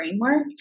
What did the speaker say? framework